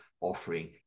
offering